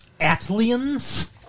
Atlians